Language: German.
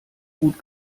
gut